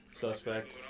suspect